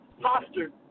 posture